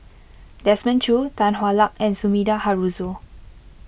Desmond Choo Tan Hwa Luck and Sumida Haruzo